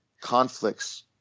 conflicts